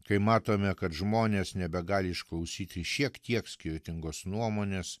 kai matome kad žmonės nebegali išklausyti šiek tiek skirtingos nuomonės